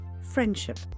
friendship